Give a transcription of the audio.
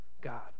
God